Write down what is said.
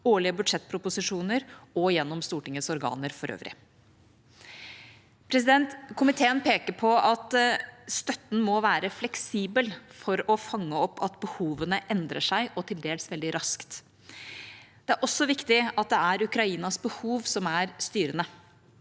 årlige budsjettproposisjoner og Stortingets organer for øvrig. Komiteen peker på at støtten må være fleksibel for å fange opp at behovene endrer seg, til dels veldig raskt. Det er også viktig at det er Ukrainas behov som er styrende.